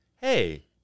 hey